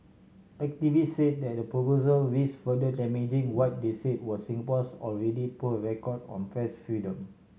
activist said that the proposal risked further damaging what they said was Singapore's already poor record on press freedom